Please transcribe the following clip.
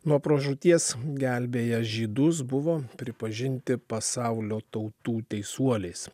nuo pražūties gelbėję žydus buvo pripažinti pasaulio tautų teisuoliais